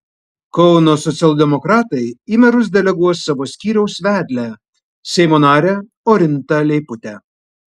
kauno socialdemokratai į merus deleguos savo skyriaus vedlę seimo narę orintą leiputę